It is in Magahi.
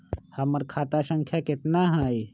हमर खाता संख्या केतना हई?